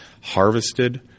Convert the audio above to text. harvested –